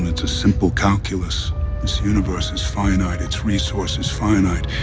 it's a simple calculus. this universe is finite, its resources finite.